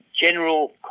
general